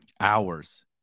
hours